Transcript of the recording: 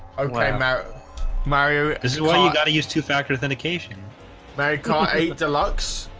oh my america mario is what i and use two-factor authentication very good eight deluxe